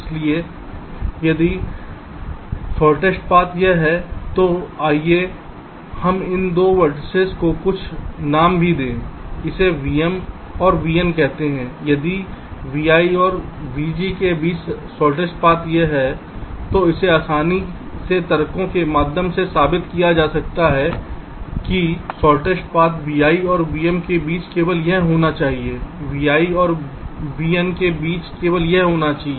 इसलिए यदि सबसे छोटा रास्ता यह है तो आइए हम इन दो वेर्तिसेस को कुछ नाम भी दें इसे vm और vn कहते हैं यदि vi और vj के बीच सबसे छोटा रास्ता यह है तो इसे आसानी से तर्कों के माध्यम से साबित किया जा सकता है कि सबसे छोटा रास्ता vi और vm के बीच केबल यह होना चाहिए vi और vn के बीच केवल होना चाहिए